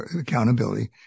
accountability